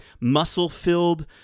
muscle-filled